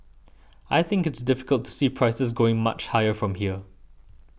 I think it's difficult to see prices going much higher from here